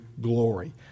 glory